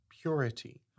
purity